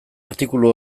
artikulu